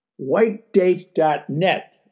WhiteDate.net